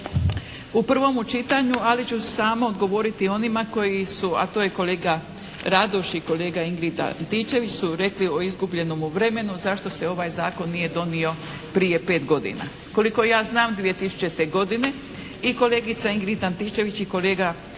u prvomu čitanju, ali ću samo odgovoriti onima koji su a to je kolega Radoš i kolega Ingrid Antičević su rekli o izgubljenomu vremenu zašto se ovaj zakon nije donio prije pet godina. Koliko ja znam 2000. godine i kolegica Ingrid Antičević i kolega Jozo